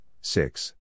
six